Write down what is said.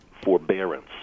forbearance